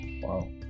Wow